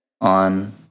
on